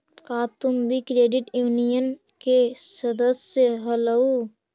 का तुम भी क्रेडिट यूनियन के सदस्य हलहुं?